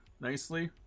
nicely